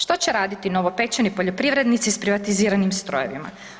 Što će raditi novopečeni poljoprivrednici s privatiziranim strojevima?